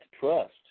trust